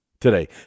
Today